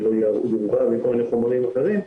שלא יהיה מעורבב בכל מיני חומרים אחרים.